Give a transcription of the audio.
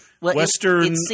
western